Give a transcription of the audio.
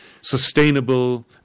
sustainable